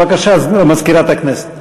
בבקשה, מזכירת הכנסת.